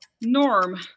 Norm